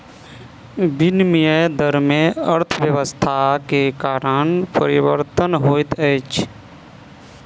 विनिमय दर में अर्थव्यवस्था के कारण परिवर्तन होइत अछि